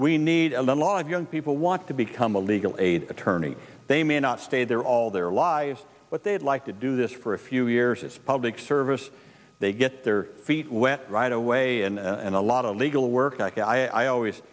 we need a lot of young people want to become a legal aid attorney they may not stay there all their lives but they'd like to do this for a few years as a public service they get their feet wet right away and a lot of legal work i always